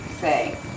say